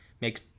makes